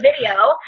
video